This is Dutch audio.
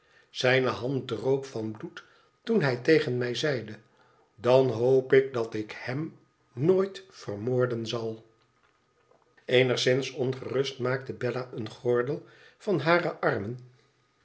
zijne hand droop van bloed toen hij tegen mij zeide dan hoop ik dat ik hem nooit vermoorden zal eenigszins onthutst maakt bella een gordel van hare armen